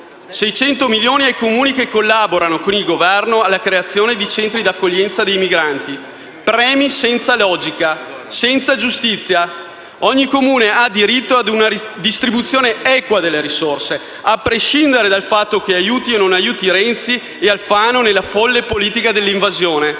600 milioni ai Comuni che collaborano con il Governo alla creazione di centri d'accoglienza dei migranti; premi senza logica, senza giustizia. Ogni Comune ha diritto ad una distribuzione equa delle risorse, a prescindere dal fatto che aiuti o no Renzi e Alfano nella folle politica dell'invasione.